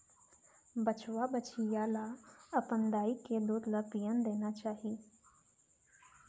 बछवा, बछिया ल अपन दाई के दूद ल पियन देना चाही